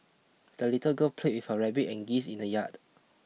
the little girl played with her rabbit and geese in the yard